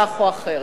כך או אחרת.